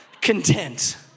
content